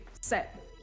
set